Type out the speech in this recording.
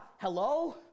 hello